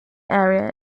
area